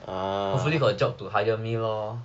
hopefully got job to hire me lor